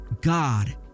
God